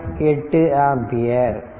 8 ampere